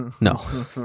no